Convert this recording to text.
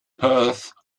perth